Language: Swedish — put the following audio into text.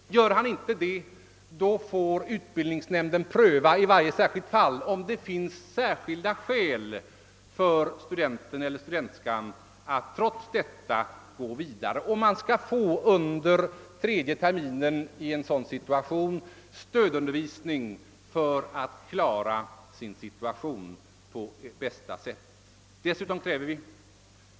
Klarar han inte detta får utbildningsnämnden i varje särskilt fall pröva, om det finns speciella skäl för vederbörande att trots detta gå vidare. I en sådan situation skall studenten under tredje terminen också få stödundervisning för att på bästa sätt klara sin situation.